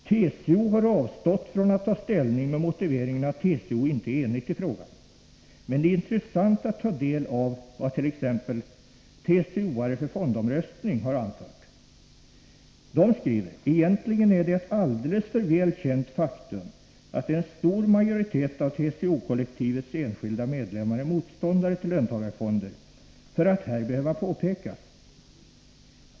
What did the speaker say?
TCO har avstått från att ta ställning, med motiveringen att TCO inte är enigt i frågan. Men det är intressant att ta del av vad t.ex. ”TCO:are för fondomröstning” har anfört. De skriver: ”Egentligen är det ett alldeles för väl känt faktum att en stor majoritet av TCO-kollektivets enskilda medlemmar är motståndare till löntagarfonder för att här behöva påpekas.